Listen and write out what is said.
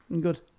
Good